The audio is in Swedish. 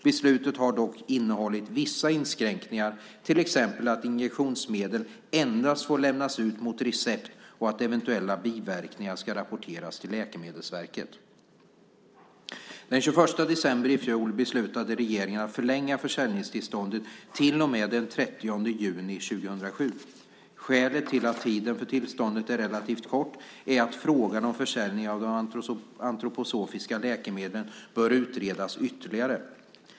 Besluten har dock innehållit vissa inskränkningar, till exempel att injektionsmedel endast får lämnas ut mot recept och att eventuella biverkningar ska rapporteras till Läkemedelsverket. Den 21 december i fjol beslutade regeringen att förlänga försäljningstillståndet till och med den 30 juni 2007. Skälet till att tiden för tillståndet är relativt kort är att frågan om försäljning av de antroposofiska läkemedlen bör utredas ytterligare.